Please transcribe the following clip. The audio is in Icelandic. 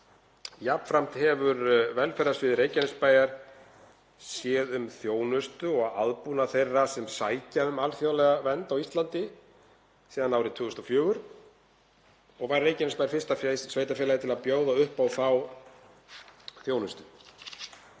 Jafnframt hefur velferðarsvið Reykjanesbæjar séð um þjónustu og aðbúnað þeirra sem sækja um alþjóðlega vernd á Íslandi síðan árið 2004 og var fyrsta sveitarfélagið til að bjóða upp á þá þjónustu.